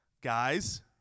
Guys